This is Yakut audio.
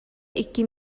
икки